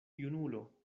junulo